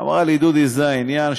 אמרה לי: דודי, זה העניין.